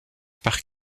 par